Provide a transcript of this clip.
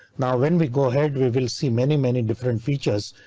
now when we go ahead, we will see many, many different features,